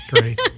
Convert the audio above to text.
great